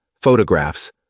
photographs